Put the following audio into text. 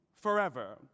forever